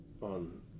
on